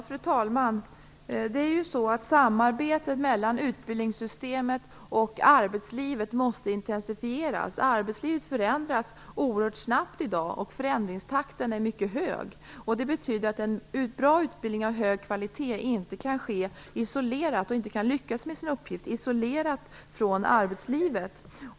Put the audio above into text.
Fru talman! Samarbetet mellan utbildningssystemet och arbetslivet måste intensifieras. Arbetslivet förändras i dag oerhört snabbt. Det betyder att en bra utbildning av hög kvalitet inte kan lyckas med sin uppgift om den bedrivs isolerat från arbetslivet.